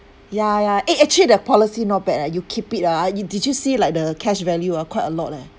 yeah yeah eh actually that policy not bad eh you keep it ah it did you see like the cash value ah quite a lot leh